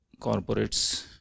corporates